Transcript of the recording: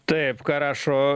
taip ką rašo